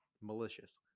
malicious